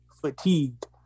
fatigued